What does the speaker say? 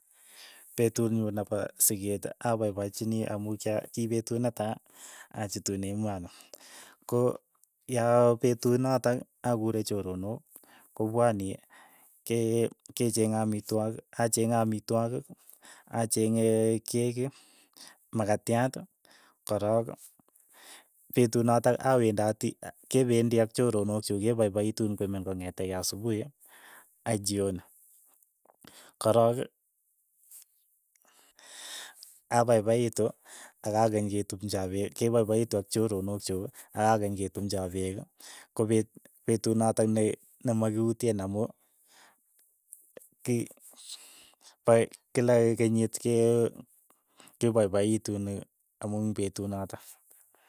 Petut nyu nepo sikeet apaipachinia amu cha kipetut netai achutun emoni, ko yapetut notok akure choronok, kopwani ke- kechenge amitwogik, achenge amitwogik acheng'e keki, makatyaat, korok, petut notok awendoti, kependi ak choronok chuk kepaipaitu koimen kong'ete asupuhi, ai chioni, korok apaipaitu akakeny ketumcho peek kepaipaitu ak choronok chuuk, akakeny ketumchoo peek, kope petut notok ne ne makiutyen amu ki pae kila kenyit ke- kepaipaitun amu petut notok.